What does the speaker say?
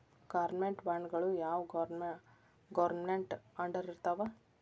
Government ಬಾಂಡ್ಗಳು ಯಾವ್ government ಅಂಡರಿರ್ತಾವ?